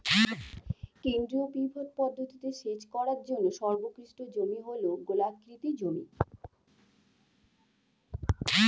কেন্দ্রীয় পিভট পদ্ধতিতে সেচ করার জন্য সর্বোৎকৃষ্ট জমি হল গোলাকৃতি জমি